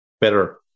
better